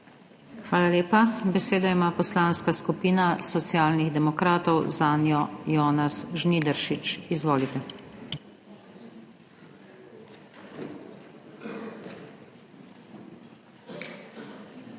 Hvala lepa. Besedo ima Poslanska skupina Socialnih demokratov, zanjo Janez Žnidaršič. Izvolite.